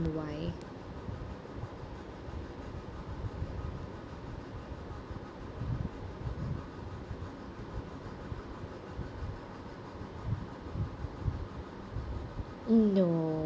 why hmm no